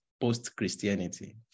post-Christianity